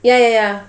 ya ya ya